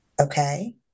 okay